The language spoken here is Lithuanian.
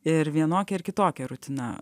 ir vienokia ar kitokia rutina